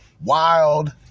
wild